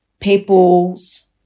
people's